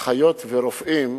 אחיות ורופאים